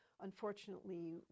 unfortunately